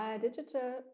Digital